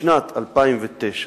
משנת 2009,